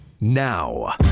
Now